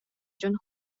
дьон